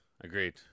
agreed